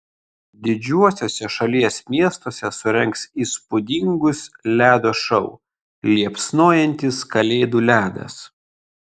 didžiuosiuose šalies miestuose surengs įspūdingus ledo šou liepsnojantis kalėdų ledas